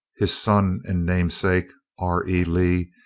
his son and namesake, r. e. lee,